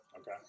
Okay